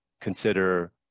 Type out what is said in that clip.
consider